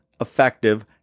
effective